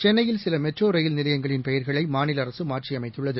சென்னையில் சிலமெட்ரோரயில் நிலையங்களின் பெயர்களைமாநிலஅரசுமாற்றியமைத்துள்ளது